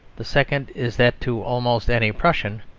the second is that to almost any prussian,